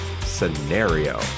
scenario